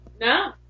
No